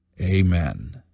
Amen